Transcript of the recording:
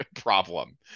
problem